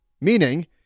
meaning